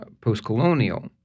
post-colonial